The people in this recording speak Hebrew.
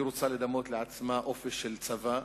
היא רוצה לדמות לעצמה אופי של צבא,